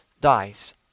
dies